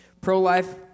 Pro-life